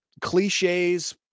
cliches